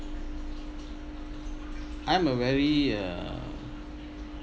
I'm a very uh